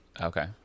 Okay